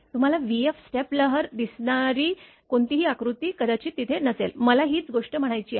तुम्हाला vf step लहर दिसणारी कोणतीही आकृती कदाचित तिथे नसेल मला हीच गोष्ट म्हणायची आहे